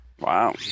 Wow